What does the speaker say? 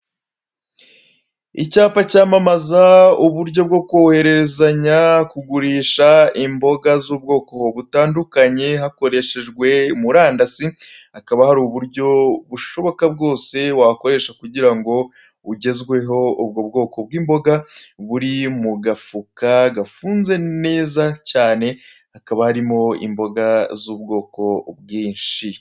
Icyaba cyamamaza uburyo bwo kohererezanya, kugurisha imboga z'ubwoko butandukanye hakoreshejwe murandasi, hakaba hari uburyo bushoboka bwose wakoresha kugira ngo ugezweho ubwo bwoko bw'imboga buri mu gafuka gafunze neza cyane, hakaba harimo imboga z'ubwoko bwinshi.